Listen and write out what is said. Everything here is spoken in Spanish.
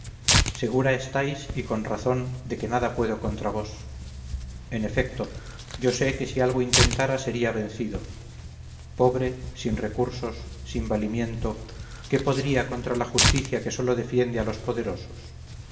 segura estáis y con razón de que nada puedo contra vos en efecto yo sé que si algo intentara sería vencido pobre sin recursos sin valimiento qué podría contra la justicia que sólo defiende a los poderosos